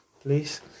Please